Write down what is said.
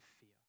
fear